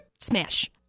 Smash